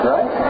Right